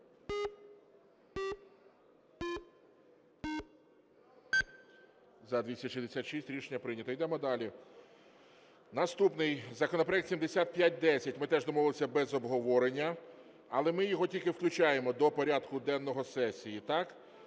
За-266 Рішення прийнято. Йдемо далі. Наступний законопроект, 7510, ми теж домовилися без обговорення. Але ми його тільки включаємо до порядку денного сесії. Це